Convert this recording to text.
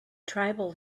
tribal